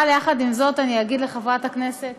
יחד עם זאת, אני אגיד לחברת הכנסת